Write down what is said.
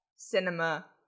cinema